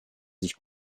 sich